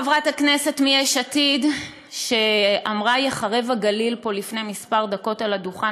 חברת הכנסת מיש עתיד שאמרה פה לפני כמה דקות על הדוכן